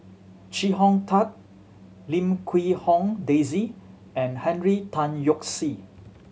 Chee Hong Tat Lim Quee Hong Daisy and Henry Tan Yoke See